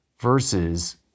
versus